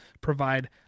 provide